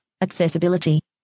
Accessibility